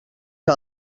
que